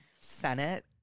Senate